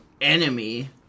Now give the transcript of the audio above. enemy